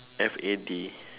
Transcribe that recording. F A D